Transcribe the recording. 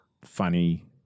funny